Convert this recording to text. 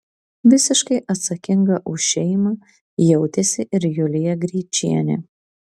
visiškai atsakinga už šeimą jautėsi ir julija greičienė